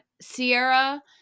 sierra